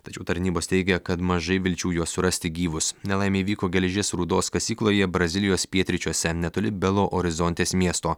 tačiau tarnybos teigia kad mažai vilčių juos surasti gyvus nelaimė įvyko geležies rūdos kasykloje brazilijos pietryčiuose netoli belo orizontės miesto